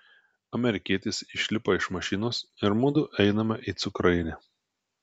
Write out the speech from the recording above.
amerikietis išlipa iš mašinos ir mudu einame į cukrainę